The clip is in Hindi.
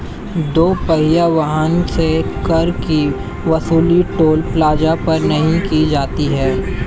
दो पहिया वाहन से कर की वसूली टोल प्लाजा पर नही की जाती है